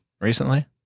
recently